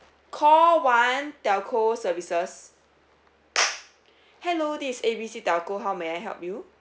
call one telco services hello this is A B C telco how may I help you